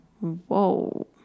Whoa